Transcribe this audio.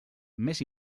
més